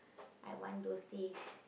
I want those days